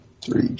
three